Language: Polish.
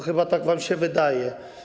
Chyba tak wam się wydaje.